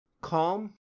calm